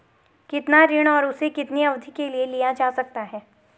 कितना ऋण और उसे कितनी अवधि के लिए लिया जा सकता है?